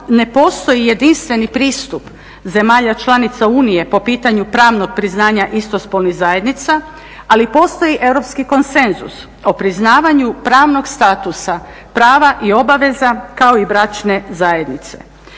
ne postoji jedinstveni pristup zemalja članica Unije po pitanju pravnog priznanja istospolnih zajednica, ali postoji europski konsenzus o priznavanju pravnog statusa, prava i obaveza kao i bračne zajednice.